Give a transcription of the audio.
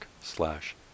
slash